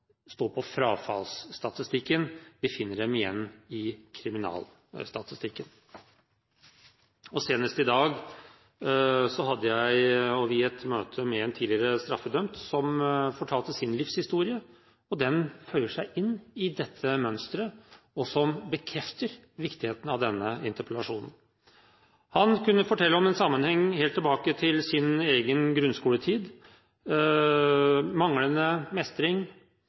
står på frafallsstatistikken; vi finner dem igjen i kriminalstatistikken. Senest i dag hadde vi et møte med en tidligere straffedømt som fortalte sin livshistorie, og den føyer seg inn i dette mønsteret og bekrefter viktigheten av denne interpellasjonen. Han kunne fortelle om en sammenheng helt tilbake til sin egen grunnskoletid, om manglende mestring